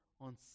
on